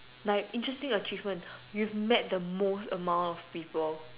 like interesting achievement you've met the most amount of people